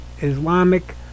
Islamic